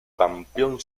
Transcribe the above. campeón